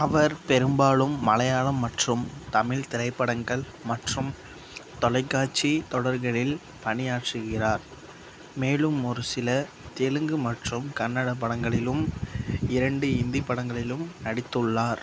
அவர் பெரும்பாலும் மலையாளம் மற்றும் தமிழ் திரைப்படங்கள் மற்றும் தொலைக்காட்சி தொடர்களில் பணியாற்றுகிறார் மேலும் ஒரு சில தெலுங்கு மற்றும் கன்னட படங்களிலும் இரண்டு இந்தி படங்களிலும் நடித்துள்ளார்